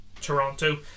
Toronto